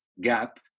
gap